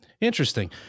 interesting